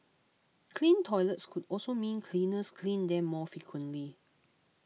clean toilets could also mean cleaners clean them more frequently